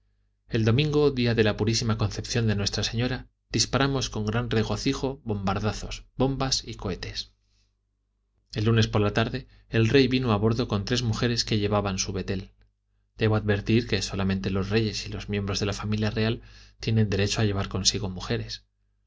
el domingo día de la purísima concepción de nuestra señora disparamos con gran regocijo bombardazos bombas y cohetes el lunes por la tarde el rey vino a bordo con tres mujeres que llevaban su betel debo advertir que solamente los reyes y los miembros de la familia real tienen derecho a llevar consigo mujeres